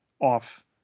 off